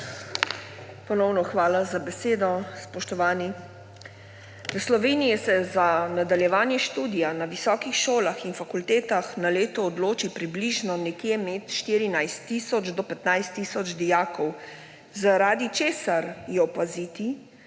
Ponovno hvala za besedo. Spoštovani! V Sloveniji se za nadaljevanje študija na visokih šolah in fakultetah na leto odloči približno nekje med 14 tisoč do 15 tisoč dijakov, zaradi česar je opaziti,